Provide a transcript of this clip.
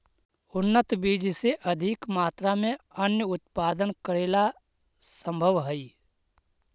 उन्नत बीज से अधिक मात्रा में अन्नन उत्पादन करेला सम्भव हइ